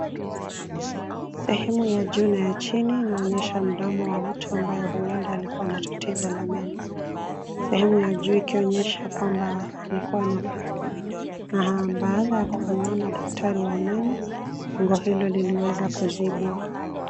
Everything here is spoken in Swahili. Sehemu ya juu na ya chini inayoonyesha mdomo wa mtu ambaye huenda alikua na tatizo la meno, sehemu ya juu ikionyesha kwamba alikua na pengo na baada ya kumuona daktari wa meno pengo hilo liliweza kuzibwa.